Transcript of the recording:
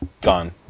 gone